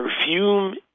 perfume